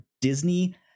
Disney